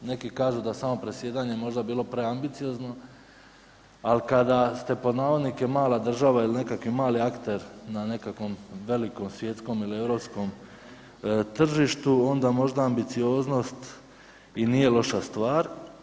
Neki kažu da je samo predsjedanje bilo možda preambiciozno, ali kada se pod navodnike mala država ili nekakvi mali akter na nekakvom velikom svjetskom ili europskom tržištu onda možda ambicioznost i nije loša stvar.